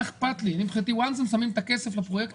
מה איכפת לי מבחינתי ברגע שהם שמים את ה כסף לפרויקט